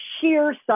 sheer